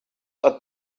are